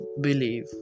believe